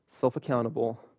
self-accountable